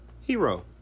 Hero